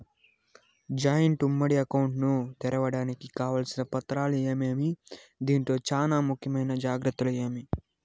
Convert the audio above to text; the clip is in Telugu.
జాయింట్ ఉమ్మడి అకౌంట్ ను తెరవడానికి కావాల్సిన పత్రాలు ఏమేమి? దీంట్లో చానా ముఖ్యమైన జాగ్రత్తలు ఏమి?